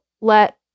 let